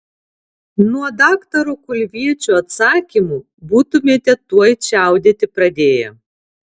nuo daktaro kulviečio atsakymų būtumėte tuoj čiaudėti pradėję